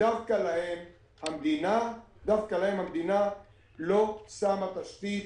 דווקא להם המדינה לא שמה תשתית